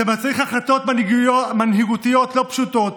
זה מצריך החלטות מנהיגותיות לא פשוטות,